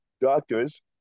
doctors